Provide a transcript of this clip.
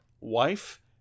wife